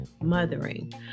mothering